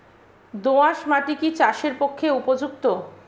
দোআঁশ মাটি কি চাষের পক্ষে উপযুক্ত?